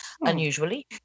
Unusually